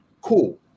cool